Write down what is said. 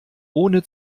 ohne